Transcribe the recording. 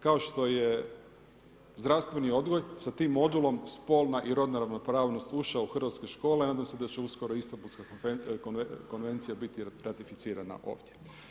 Kao što je zdravstveni odgoj sa tim modulom spolna i rodna ravnopravnost ušao u hrvatske škole, nadam se da će uskoro Istambulska konvencija biti ratificirana ovdje.